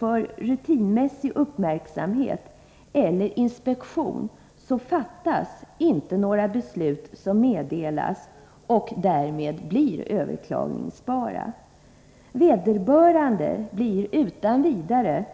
Vid rutinmässig uppmärksamhet eller inspektion fattas ju inte några beslut som meddelas och därmed blir överklagningsbara. Vederbörande blir utan vidare